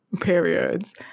periods